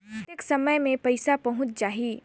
कतेक समय मे पइसा पहुंच जाही?